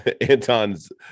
Anton's